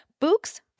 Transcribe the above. books